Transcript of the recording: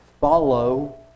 follow